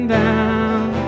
down